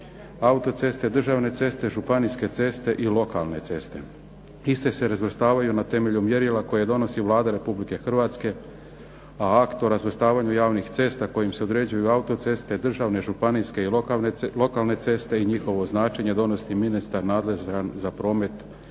autoceste, državne ceste, županijske ceste i lokalne ceste. Iste se razvrstavaju na temelju mjerila koje donosi Vlada Republike Hrvatske, a akt o razvrstavanju javnih cesta kojim se određuju autoceste državne, županijske i lokalne ceste i njihovo značenje donesti ministar nadležan za promet i